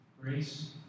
Grace